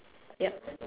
yup